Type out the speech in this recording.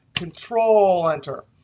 control enter.